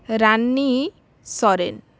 Rani Soren